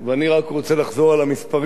אני רק רוצה לחזור על המספרים,